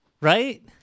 Right